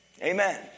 Amen